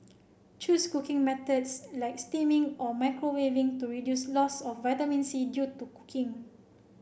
choose cooking methods like steaming or microwaving to reduce loss of vitamin C due to cooking